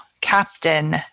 Captain